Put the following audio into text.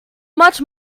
much